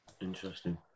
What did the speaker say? Interesting